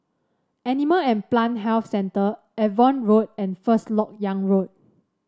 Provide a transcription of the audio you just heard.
Animal and Plant Health Centre Avon Road and First LoK Yang Road